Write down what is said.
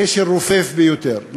הוא קשר רופף ביותר,